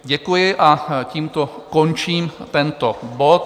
Děkuji a tímto končím tento bod.